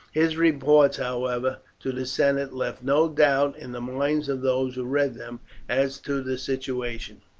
his reports, however, to the senate left no doubt in the minds of those who read them as to the situation.